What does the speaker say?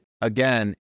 again